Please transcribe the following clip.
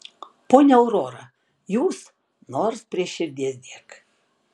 ponia aurora jūs nors prie širdies dėk